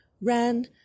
ran